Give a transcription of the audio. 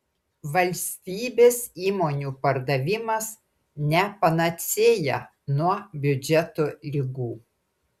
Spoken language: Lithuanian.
valstybės įmonių pardavimas ne panacėja nuo biudžeto ligų